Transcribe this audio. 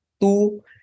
two